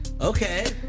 Okay